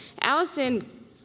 Allison